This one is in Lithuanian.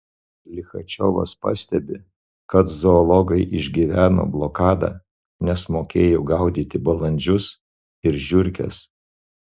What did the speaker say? lichačiovas pastebi kad zoologai išgyveno blokadą nes mokėjo gaudyti balandžius ir žiurkes